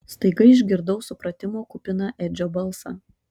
staiga išgirdau supratimo kupiną edžio balsą